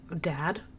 dad